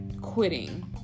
quitting